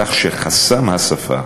כך שחסם השפה,